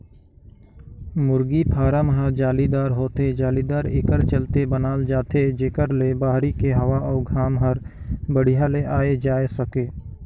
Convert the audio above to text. मुरगी फारम ह जालीदार होथे, जालीदार एकर चलते बनाल जाथे जेकर ले बहरी के हवा अउ घाम हर बड़िहा ले आये जाए सके